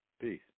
Peace